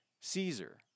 Caesar